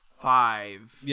five